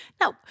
No